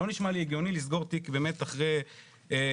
לא נשמע לי הגיוני לסגור תיק אחרי יום.